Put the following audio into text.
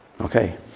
okay